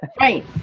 Right